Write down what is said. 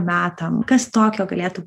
metam kas tokio galėtų